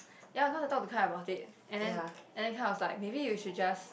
ya cause I thought because I bought it and then and then Kai was like maybe you should just